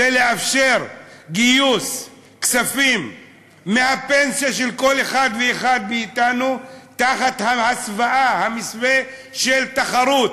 זה לאפשר גיוס כספים מהפנסיה של כל אחד ואחד מאתנו תחת המסווה של תחרות,